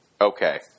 Okay